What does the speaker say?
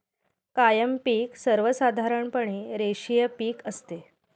कायम पिक सर्वसाधारणपणे रेषीय पिक असते